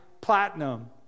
platinum